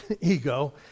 ego